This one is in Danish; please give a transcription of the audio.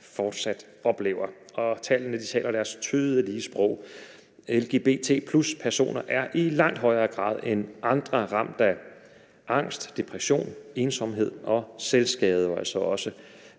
fortsat oplever. Tallene taler deres tydelige sprog. Lgbt+-personer er i langt højere grad end andre ramt af angst, depression, ensomhed og selvskade og altså også